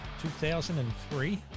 2003